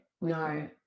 No